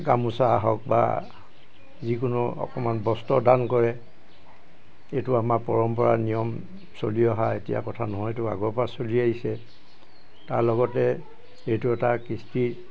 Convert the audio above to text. গামোচা হওক বা যিকোনো অকণমান বস্ত্ৰ দান কৰে এইটো আমাৰ পৰম্পৰা নিয়ম চলি অহা এতিয়া কথা নহয় এইটো আগৰ পৰা চলি আহিছে তাৰ লগতে এইটো এটা কৃষ্টি